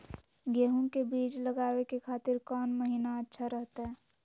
गेहूं के बीज लगावे के खातिर कौन महीना अच्छा रहतय?